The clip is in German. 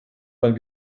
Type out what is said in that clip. ein